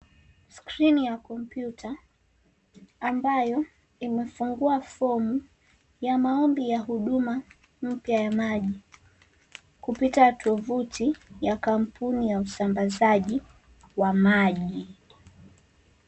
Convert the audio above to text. Skrini ya kompyuta, ambayo imefungua fomu ya maombi ya huduma mpya ya maji, kupita tovuti ya kampuni ya usambazaji wa maji.